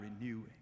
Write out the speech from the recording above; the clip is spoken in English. renewing